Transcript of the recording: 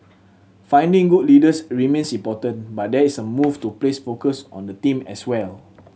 finding good leaders remains important but there is a move to place focus on the team as well